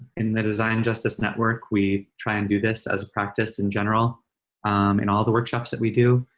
in the design justice network, we try and do this as a practice in general in all of the workshops that we do.